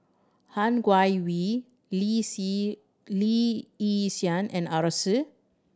Han Guangwei Lee Si Lee Yi Shyan and Arasu